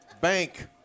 Bank